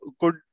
good